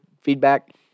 feedback